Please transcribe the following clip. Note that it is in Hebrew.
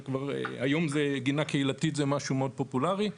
היום גינה קהילתית זה משהו מאוד פופולרי,